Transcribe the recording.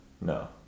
No